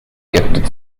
gifted